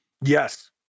Yes